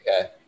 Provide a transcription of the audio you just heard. okay